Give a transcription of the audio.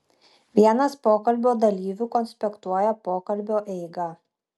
vienas pokalbio dalyvių konspektuoja pokalbio eigą